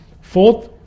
Fourth